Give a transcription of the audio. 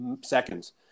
seconds